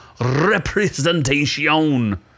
representation